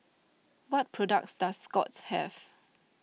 what products does Scott's have